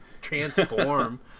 transform